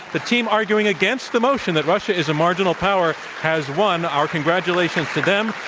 the team arguing against the motion that russia is a marginal power has won. our congratulations to them.